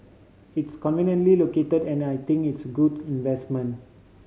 it's conveniently located and I think it's good investment